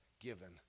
given